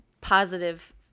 positive